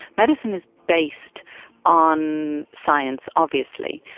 medicine is based on science, obviously,